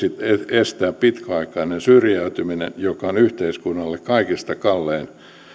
estää pitkäaikainen syrjäytyminen joka on yhteiskunnalle kaikista kallein